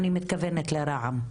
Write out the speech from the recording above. אני מתכוונת לרע"מ.